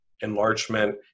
Enlargement